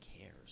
cares